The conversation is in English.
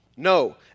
No